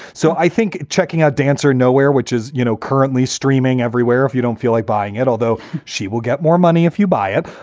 so i think checking out dancer nowhere, which is, you know, currently streaming everywhere if you don't feel like buying it, although she will get more money if you buy it.